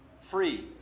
free